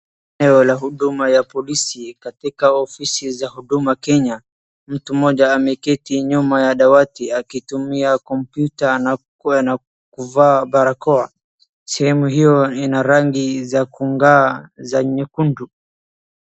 Eneo la huduma ya polisi katika ofisi za Huduma Kenya. Mtu mmoja ameketi nyuma ya dawati akitumia kompyuta na kuvaa barakoa. Sehemu hio ina rangi za kung'aa za nyekundu.